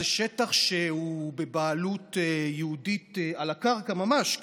זה שטח שהוא בבעלות יהודית על הקרקע ממש,